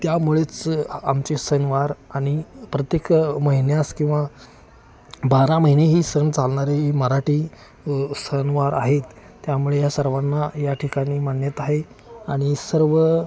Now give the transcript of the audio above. त्यामुळेच आ आमचे सणवार आणि प्रत्येक महिन्यास किंवा बारा महिनेही सण चालणारे मराठी सणवार आहेत त्यामुळे या सर्वांना या ठिकाणी मान्यता आहे आणि सर्व